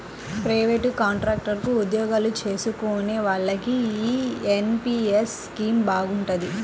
private, contract ఉద్యోగాలు చేసుకునే వాళ్లకి యీ ఎన్.పి.యస్ స్కీమ్ బాగుంటది